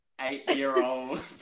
eight-year-old